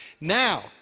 now